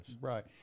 Right